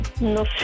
No